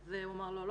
אז הוא אמר לא לא,